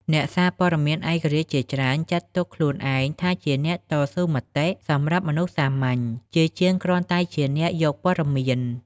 អ្នកសារព័ត៌មានឯករាជ្យជាច្រើនចាត់ទុកខ្លួនឯងថាជាអ្នកតស៊ូមតិសម្រាប់មនុស្សសាមញ្ញ ជាជាងគ្រាន់តែជាអ្នកយកព័ត៌មាន។